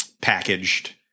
packaged